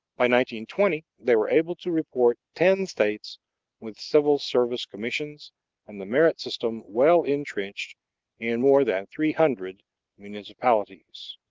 by twenty they were able to report ten states with civil service commissions and the merit system well intrenched in more than three hundred municipalities.